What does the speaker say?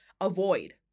avoid